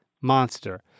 monster